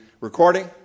recording